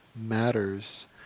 matters